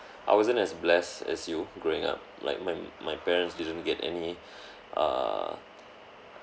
I wasn't as blessed as you growing up like my my parents didn't get any err